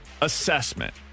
assessment